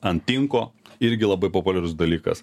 ant tinko irgi labai populiarus dalykas